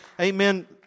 amen